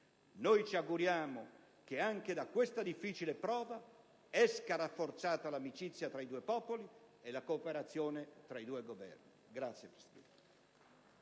Noi ci auguriamo che anche da questa difficile prova esca rafforzata l'amicizia tra i due popoli e la cooperazione tra i due Governi.